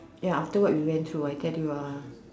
ya after what we went through ya I tell you ah